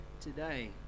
today